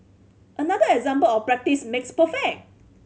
another example of practice makes perfect